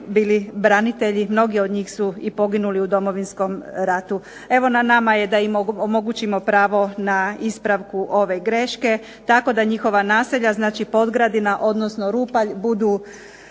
bili branitelji, mnogi od njih su i poginuli u Domovinskom ratu. Evo na nama je da im omogućimo pravo na ispravku ove greške, tako da njihova naselja, znači Podgradina, odnosno Rupalj budu